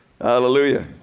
Hallelujah